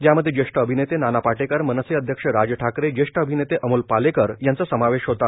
यामध्ये ज्येष्ठ अभिनेते नाना पाटेकर मनसे अध्यक्ष राज ठाकरे ज्येष्ठ अभिनेते अमोल पालेकर यांचा समावेश होता